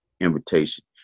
invitation